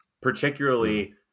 particularly